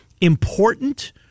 important